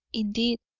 indeed,